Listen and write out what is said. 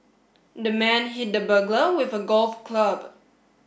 the man hit the burglar with a golf club